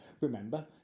Remember